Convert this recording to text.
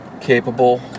capable